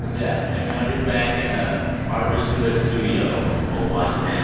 yeah. and now you're back in an artificially lit studio in cold washington,